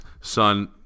son